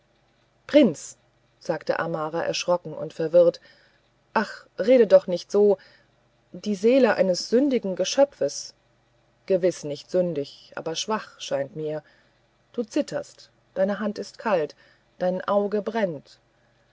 prinz sagte amara erschrocken und verwirrt ach rede doch nicht so die seele eines sündigen geschöpfes gewiß nicht sündig aber schwach scheint es mir du zitterst deine hand ist kalt dein auge brennt